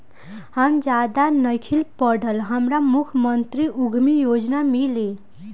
हम ज्यादा नइखिल पढ़ल हमरा मुख्यमंत्री उद्यमी योजना मिली?